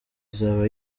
izaba